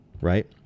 Right